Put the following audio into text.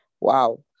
Wow